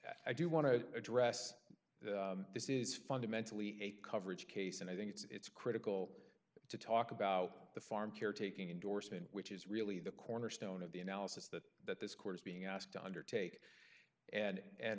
i do want to address this is fundamentally a coverage case and i think it's critical to talk about the farm care taking endorsement which is really the cornerstone of the analysis that that this court is being asked to undertake and